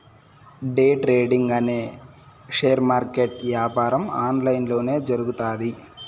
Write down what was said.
day trading అనే share market యాపారం online లొనే జరుగుతాది